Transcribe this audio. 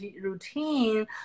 routine